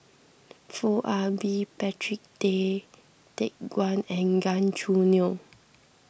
Foo Ah Bee Patrick Tay Teck Guan and Gan Choo Neo